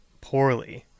poorly